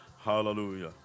Hallelujah